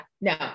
no